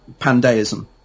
pandeism